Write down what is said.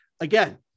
Again